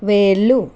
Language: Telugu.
వేళ్ళు